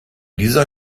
dieser